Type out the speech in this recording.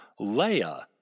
Leia